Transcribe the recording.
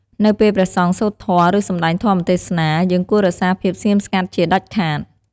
នៅពេលព្រះសង្ឃសូត្រធម៌ ឬសម្តែងធម៌ទេសនា យើងគួររក្សាភាពស្ងៀមស្ងាត់ជាដាច់ខាត។